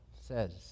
says